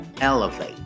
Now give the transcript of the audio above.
elevate